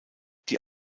die